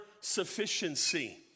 sufficiency